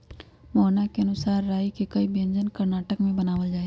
मोहना के अनुसार राई के कई व्यंजन कर्नाटक में बनावल जाहई